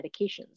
medications